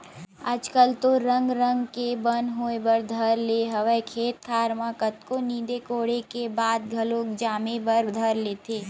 आजकल तो रंग रंग के बन होय बर धर ले हवय खेत खार म कतको नींदे कोड़े के बाद घलोक जामे बर धर लेथे